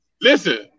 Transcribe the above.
Listen